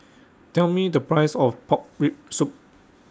Tell Me The Price of Pork Rib Soup